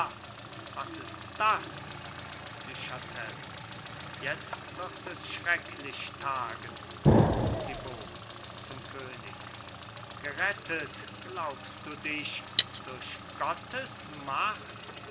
was ist das du chatel jetzt wird es schrecklich tagen thibaut zum könig gerettet glaubst du dich durch gottes macht